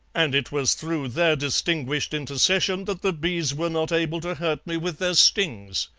and it was through their distinguished intercession that the bees were not able to hurt me with their stings.